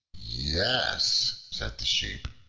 yes, said the sheep,